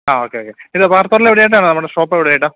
ആ okay okay പിന്നെ ലെവിടെയായിട്ടാണ് നമ്മുടെ ഷോപ്പെവിടായിട്ടാണ്